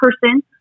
person